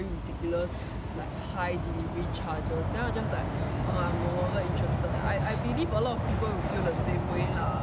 ridiculous like high delivery charges then I'm just like I'm no longer interested I believe a lot of people will feel the same way lah